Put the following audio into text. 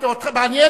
זה מעניין.